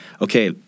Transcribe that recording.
Okay